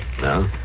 No